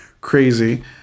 crazy